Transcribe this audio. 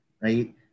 Right